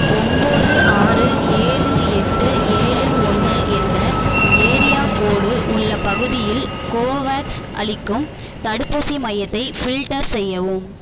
ஒம்போது ஆறு ஏழு எட்டு ஏழு ஒன்று என்ற ஏரியா கோடு உள்ள பகுதியில் கோவோவேக்ஸ் அளிக்கும் தடுப்பூசி மையத்தை ஃபில்டர் செய்யவும்